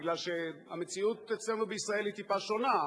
מפני שהמציאות אצלנו בישראל טיפה שונה.